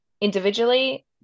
individually